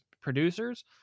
producers